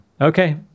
okay